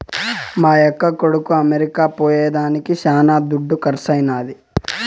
మా యక్క కొడుకు అమెరికా పోయేదానికి శానా దుడ్డు కర్సైనాది